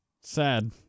Sad